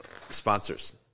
sponsors